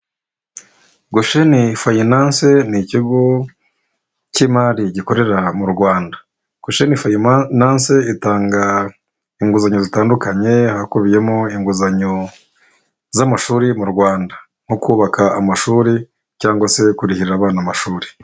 Goshene fayinanse ni ikigo cy'imari gikorera mu Rwanda, Goshene fayinanse itanga inguzanyo zitandukanye, hakubiyemo inguzanyo z'amashuri mu Rwanda nko kubaka amashuri cyangwa se kurihira abana amashuri.